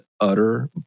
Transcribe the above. utter